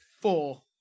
Four